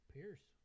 Pierce